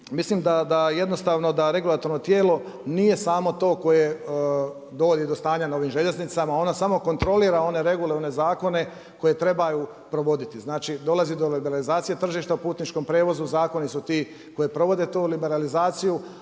mislim da jednostavno da regulatorno tijelo nije samo to koje dovodi do stanja na željeznicama, ono samo kontrolira one regularne zakone koje treba provoditi. Znači do legalizacije tržišta u putničkom prijevozu, zakoni su ti koji provode to liberalizaciju,